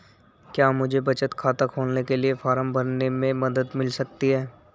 क्या मुझे बचत खाता खोलने के लिए फॉर्म भरने में मदद मिल सकती है?